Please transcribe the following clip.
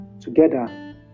together